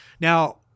Now